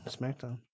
SmackDown